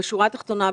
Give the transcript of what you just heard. בשורה התחתונה,